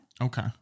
Okay